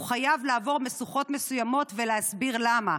הוא חייב לעבור משוכות מסוימות ולהסביר למה,